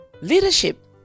Leadership